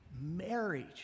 marriage